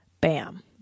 bam